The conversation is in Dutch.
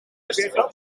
festival